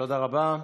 תודה רבה.